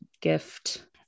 gift